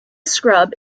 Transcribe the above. scrub